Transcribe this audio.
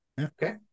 Okay